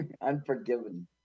Unforgiven